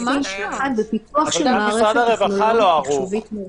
-- שותפים יחד בפיתוח של מערכת טכנולוגית מחשובית מורכבת.